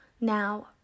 Now